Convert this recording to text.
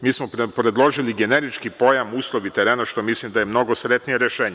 Mi smo predložili generički pojam: „uslovi terena“, što mislim da je mnogo sretnije rešenje.